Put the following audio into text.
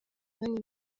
mwanya